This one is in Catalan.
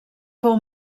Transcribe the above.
fou